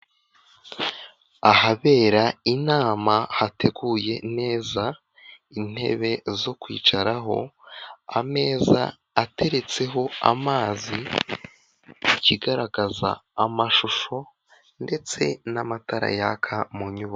Ahabera inama hateguye neza intebe zo kwicaraho ameza ateretseho amazi ikigaragaza amashusho ndetse n'amatara yaka mu nyubako.